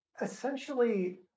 Essentially